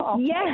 Yes